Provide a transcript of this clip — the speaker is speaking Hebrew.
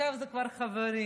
עכשיו הם כבר חברים.